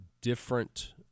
different